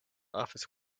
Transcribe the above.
office